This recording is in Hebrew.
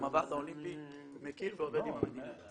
גם הוועד האולימפי מכיר ועובד עם המדינה.